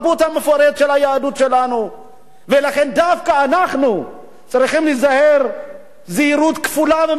לכן דווקא אנחנו צריכים להיזהר זהירות כפולה ומכופלת כשהזר מגיע אלינו.